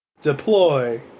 Deploy